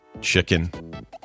Chicken